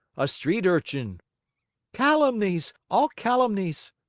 a street urchin calumnies! all calumnies!